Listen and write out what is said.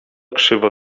krzywo